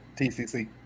TCC